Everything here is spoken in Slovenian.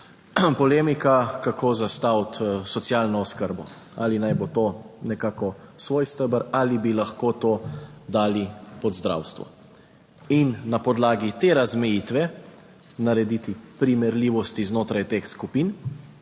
polemika kako zastaviti socialno oskrbo, ali naj bo to nekako svoj steber ali bi lahko to dali pod zdravstvo. In na podlagi te razmejitve narediti primerljivosti znotraj teh skupin,